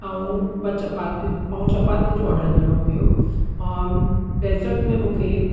ऐं ॿ चपाती ऐं चपातियुनि जो ऑडर ॾियणो हुओ डेज़ट में मूंखे